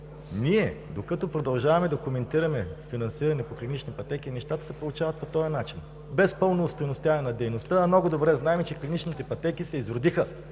ние продължаваме на коментираме финансиране по клинични пътеки нещата се получават по този начин, без пълно остойностяване на дейността. Много добре знаем, че клиничните пътеки се изродиха